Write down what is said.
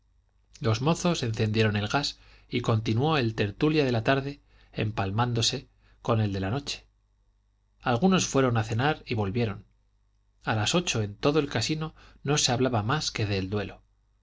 los mozos encendieron el gas y continuó el tertulín de la tarde empalmándose con el de la noche algunos fueron a cenar y volvieron a las ocho en todo el casino no se hablaba más que del duelo